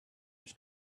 its